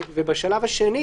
ובשלב השני